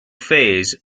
phase